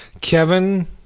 Kevin